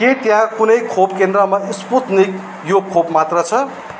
के त्यहाँ कुनै खोप केन्द्रमा स्पुत्निक यो खोप मात्र छ